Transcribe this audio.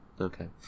Okay